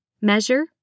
Measure